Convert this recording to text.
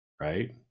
right